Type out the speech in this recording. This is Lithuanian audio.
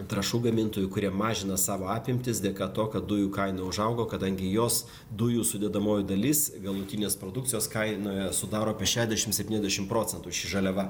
trąšų gamintojų kurie mažina savo apimtis dėka to kad dujų kaina užaugo kadangi jos dujų sudedamoji dalis galutinės produkcijos kainoje sudaro apie šešiasdešimt septyniasdešimt procentų ši žaliava